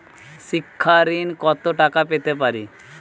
শিক্ষা ঋণ কত টাকা পেতে পারি?